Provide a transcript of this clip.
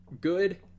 good